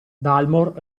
dalmor